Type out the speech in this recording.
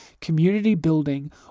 community-building